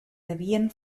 devien